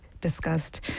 discussed